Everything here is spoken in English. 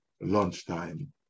lunchtime